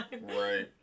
Right